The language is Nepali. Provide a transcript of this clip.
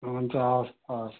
हुन्छ हवस् हवस्